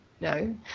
No